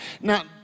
Now